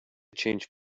change